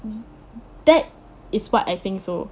mm that is what I think so